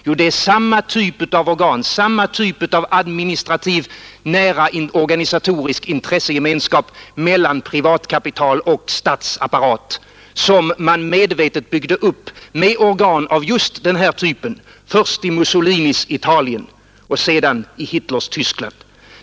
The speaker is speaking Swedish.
Jo, det är samma typ av organ, samma typ av nära administrativ organisatorisk intressegemenskap mellan privatkapital och statsapparat som man medvetet byggde upp, med organ av just den här typen, först i Mussolinis Italien och sedan i Hitlers Tyskland.